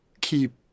keep